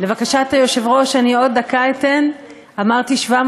אני רוצה, ברשותכם, בכל זאת להגיד מילה.